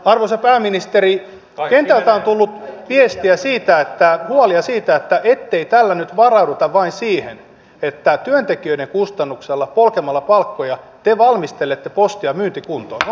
arvoisa pääministeri kentältä on tullut huolia siitä ettei tällä nyt varauduta vain siihen että työntekijöiden kustannuksella polkemalla palkkoja te valmistelette postia myyntikuntoon